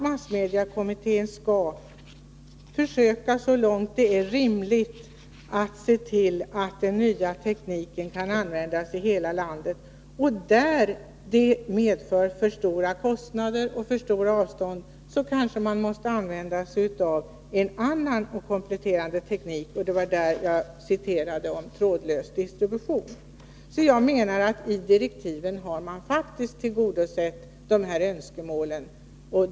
Massmediekommittén skall försöka att, så långt det är rimligt, se till att den nya tekniken kan användas i hela landet. Där det medför för stora kostnader och avstånden är för stora skall man kunna använda en annan, kompletterande teknik — och det var på den punkten jag citerade vad som anförts om trådlös distribution. Jag menar alltså att man i direktiven faktiskt har tillgodosett dessa önskemål.